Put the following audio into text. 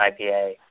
IPA